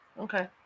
okay